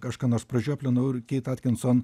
aš ką nors pražioplinau ir keit atkinson